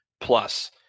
Plus